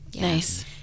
Nice